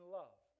love